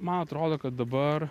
man atrodo kad dabar